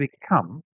become